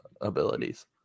abilities